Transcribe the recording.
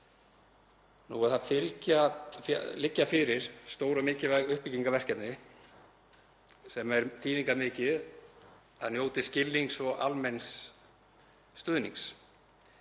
Nú liggja fyrir stór og mikilvæg uppbyggingarverkefni, sem er þýðingarmikið að njóti skilnings og almenns stuðnings.